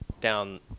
down –